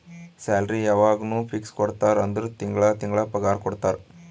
salary ಯವಾಗ್ನೂ fix ಕೊಡ್ತಾರ ಅಂದುರ್ ತಿಂಗಳಾ ತಿಂಗಳಾ ಪಗಾರ ಕೊಡ್ತಾರ